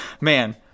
Man